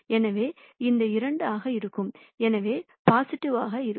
எனவே இது 2 ஆக இருக்கும் எனவே பொசிடிவிவாக இருக்கும்